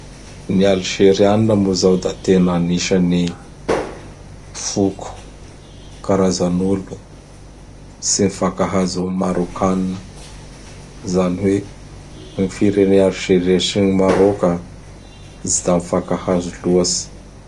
Ny Alzerianina moa zao da tena anisan'ny foko karazan'olo ts mfankafazo am Marôkanina, zany hoe, gn firenea Alzeria sy ny Marôka tsy da mifakahaho loatsy.